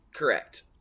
Correct